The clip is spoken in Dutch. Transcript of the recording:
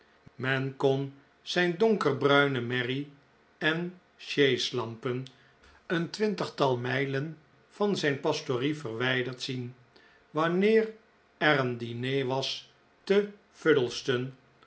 men kon zijn donkerbruine merrie en sjeeslampen een twintigtal mijlen van zijn pastorie verwijderd zien wanneer er een diner was te